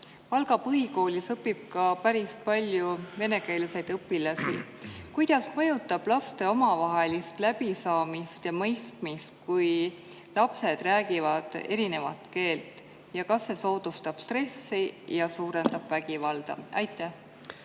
Valga põhikoolis õpib ka päris palju venekeelseid õpilasi. Kuidas mõjutab laste omavahelist läbisaamist ja mõistmist see, kui lapsed räägivad erinevat keelt? Kas see soodustab stressi ja suurendab vägivalda? Aitäh,